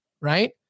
right